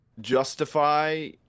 justify